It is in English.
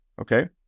okay